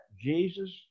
Jesus